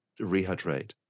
rehydrate